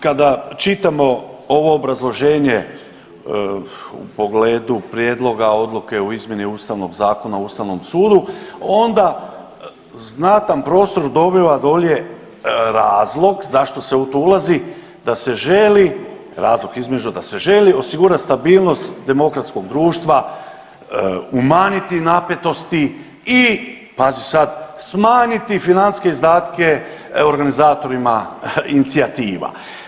Kada čitamo ovo obrazloženje u pogledu Prijedloga Odluke o izmjeni Ustavnog zakona o Ustavnom sudu, onda znatan prostor dobiva dolje razlog zašto se u to ulazi, da se želi, razlog između, da se želi osigurati stabilnost demokratskog društva, umanjiti napetosti i, pazi sad, smanjiti financijske izdatke organizatorima inicijativa.